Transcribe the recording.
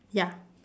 ya